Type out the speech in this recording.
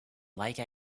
like